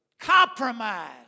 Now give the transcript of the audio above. compromise